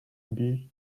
beach